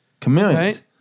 Chameleons